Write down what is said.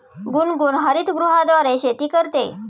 गुनगुन हरितगृहाद्वारे शेती करते